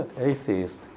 Atheist